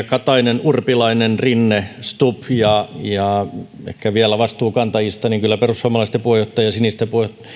katainen urpilainen rinne ja stubb ja ehkä vielä vastuunkantajista kyllä perussuomalaisten puheenjohtaja